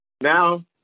Now